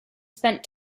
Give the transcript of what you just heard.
spent